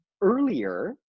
earlier